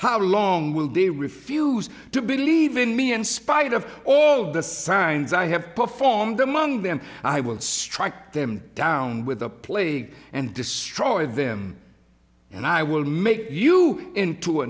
how long will they refuse to believe in me in spite of all the signs i have performed among them i will strike them down with the plague and destroy them and i will make you into a